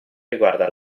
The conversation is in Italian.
riguarda